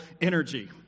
energy